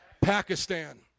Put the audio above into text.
Pakistan